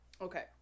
okay